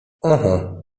aha